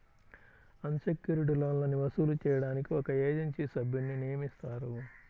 అన్ secured లోన్లని వసూలు చేయడానికి ఒక ఏజెన్సీ సభ్యున్ని నియమిస్తారు